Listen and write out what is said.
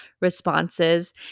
responses